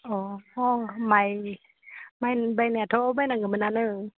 अ माइ बायनायाथ' बायनांगोमोनआनो